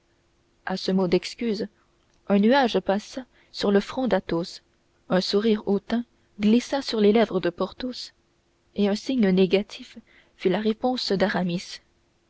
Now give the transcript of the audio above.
à ce mot d'excuses un nuage passa sur le front d'athos un sourire hautain glissa sur les lèvres de porthos et un signe négatif fut la réponse d'aramis